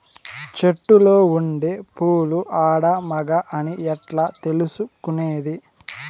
చెట్టులో ఉండే పూలు ఆడ, మగ అని ఎట్లా తెలుసుకునేది?